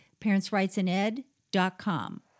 parentsrightsined.com